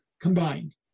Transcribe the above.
combined